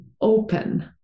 open